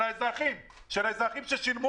של האזרחים ששילמו,